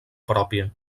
pròpia